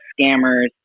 scammers